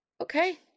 Okay